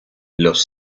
los